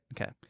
okay